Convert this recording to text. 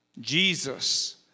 Jesus